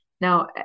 Now